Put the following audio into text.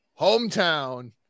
hometown